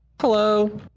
Hello